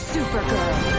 Supergirl